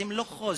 אתם לא חוזק.